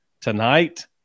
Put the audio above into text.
Tonight